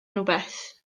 rhywbeth